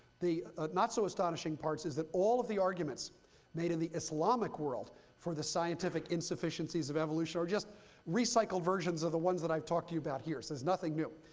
the not so astonishing part says that all of the arguments made in the islamic world for the scientific insufficiencies of evolution are just recycled versions of the ones that i've talked to you about here. it says nothing new.